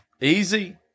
easy